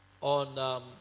on